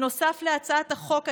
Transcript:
נוסף להצעת החוק עצמה,